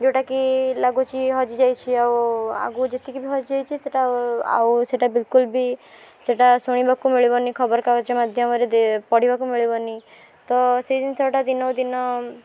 ଯେଉଁଟା କି ଲାଗୁଛି ହଜିଯାଇଛି ଆଉ ଆଗକୁ ଯେତିକି ବି ହଜିଯାଇଛି ସେଇଟା ଆଉ ସେଇଟା ବିଲକୁଲ୍ ବି ସେଇଟା ଶୁଣିବାକୁ ମିଳିବନି ଖବରକାଗଜ ମାଧ୍ୟମରେ ପଢ଼ିବାକୁ ମିଳିବନି ତ ସେଇ ଜିନିଷଟା ଦିନକୁ ଦିନ